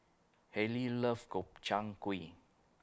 Haylie loves Gobchang Gui